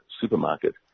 supermarket